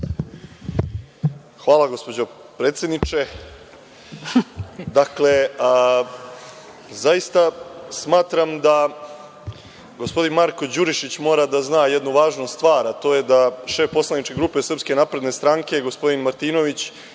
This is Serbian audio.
Hvala, gospođo predsedniče. Dakle, zaista smatram da gospodin Marko Đurišić mora da zna jednu važnu stvar, a to je da šef poslaničke grupe SNS gospodin Martinović